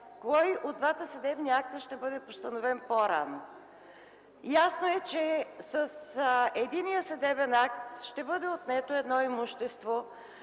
кой от двата съдебни акта ще бъде постановен по-рано. Ясно е, че с единия съдебен акт ще бъде отнето едно имущество